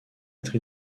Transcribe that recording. être